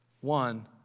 One